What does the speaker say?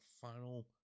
final